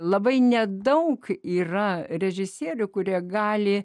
labai nedaug yra režisierių kurie gali